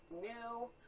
new